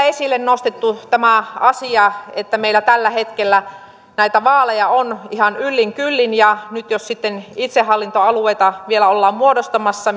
esille nostettu tämä asia että meillä tällä hetkellä näitä vaaleja on ihan yllin kyllin ja nyt jos sitten itsehallintoalueita vielä ollaan muodostamassa